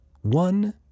One